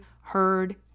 heard